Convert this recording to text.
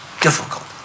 difficult